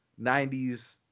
90s